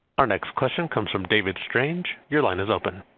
our next question comes from david strange. your line is open.